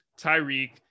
Tyreek